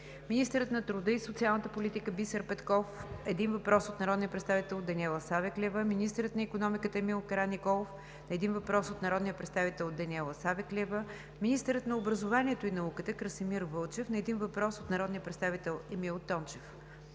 министърът на труда и социалната политика Бисер Петков – на един въпрос от народния представител Даниела Савеклиева; - министърът на икономиката Емил Караниколов – на един въпрос от народния представител Даниела Савеклиева; - министърът на образованието и науката Красимир Вълчев – на един въпрос от народния представител Емил Тончев.